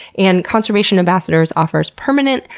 and conservation ambassadors offers permanent,